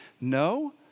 no